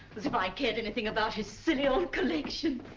as if i cared anything about his silly old collection.